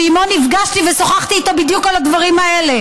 שעימו נפגשתי ושוחחתי איתו בדיוק על הדברים האלה,